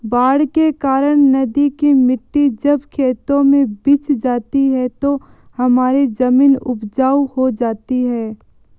बाढ़ के कारण नदी की मिट्टी जब खेतों में बिछ जाती है तो हमारी जमीन उपजाऊ हो जाती है